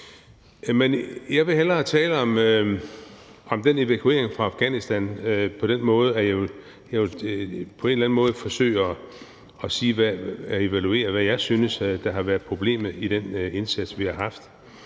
Jeg vil hellere tale om den evakuering fra Afghanistan på den måde, at jeg på en eller anden måde vil forsøge at evaluere, hvad jeg synes har været problemet i den indsats, vi har gjort.